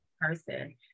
person